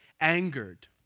angered